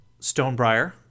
Stonebriar